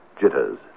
jitters